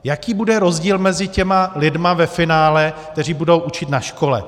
Jaký bude rozdíl mezi těmi lidmi ve finále, kteří budou učit na škole?